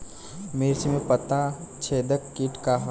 मिर्च में पता छेदक किट का है?